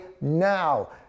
now